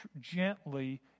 gently